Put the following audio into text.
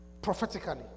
prophetically